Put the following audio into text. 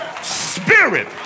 Spirit